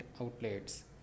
outlets